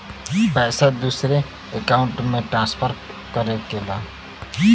पैसा दूसरे अकाउंट में ट्रांसफर करें के बा?